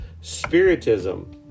spiritism